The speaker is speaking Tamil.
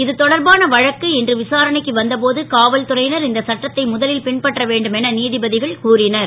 இதுதொடர்பான வழக்கு இன்று விசாரணைக்கு வந்த போது காவல்துறை னர் இந்த சட்டத்தை முதலில் பின்பற்ற வேண்டும் என நீ படகள் கூறினர்